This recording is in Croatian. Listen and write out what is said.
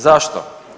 Zašto?